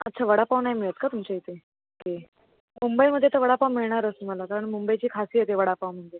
अच्छा वडापाव नाही मिळत का तुमच्या इथे ओके मुंबईमध्ये तर वडापाव मिळणारच तुम्हाला कारण मुंबईची खासियत आहे वडापाव म्हणजे